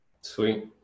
Sweet